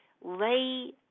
lay